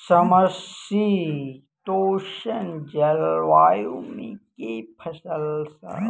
समशीतोष्ण जलवायु मे केँ फसल सब होइत अछि?